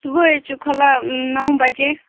صُبحٲے حظ چھِ کھُلان نَو بَجے